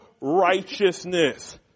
righteousness